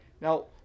Now